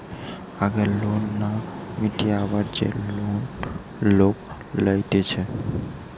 আগের লোন না মিটিয়ে আবার যে লোন লোক লইতেছে